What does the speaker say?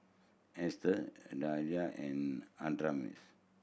Esther Dahlia and Adamaris